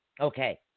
Okay